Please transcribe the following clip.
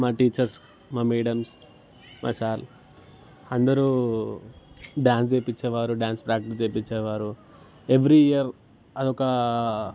మా టీచర్స్ మా మ్యాడమ్స్ మా సార్లు అందరు డ్యాన్స్ చేయించేవారు డ్యాన్స్ ప్రాక్టీస్ చేయించేవారు ఎవ్రి ఇయర్ అది ఒక